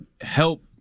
help